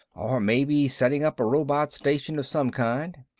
or maybe setting up a robot station of some kind.